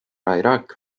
iraq